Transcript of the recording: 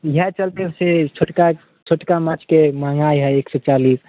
इएह चलिते से छोटका छोटका माँछके महगाइ हइ एक सओ चालिस